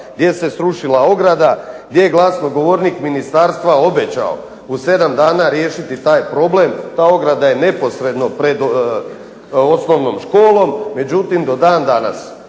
gdje se srušila ograda, gdje je glasnogovornik Ministarstva obećao u 7 dana riješiti taj problem? Ta ograda je neposredno pred osnovnom školom, međutim do dan danas